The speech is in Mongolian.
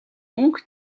мөнх